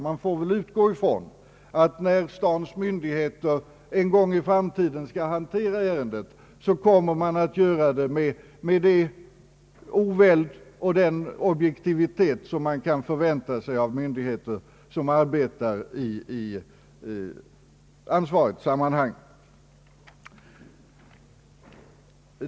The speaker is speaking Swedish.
Man får väl utgå från att när stadens myndigheter en gång i framtiden skall hantera ärendet, så skall de göra det med den oväld och den objektivitet som kan förväntas av myndigheter som arbetar i ansvarigt sammanhang.